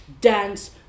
dance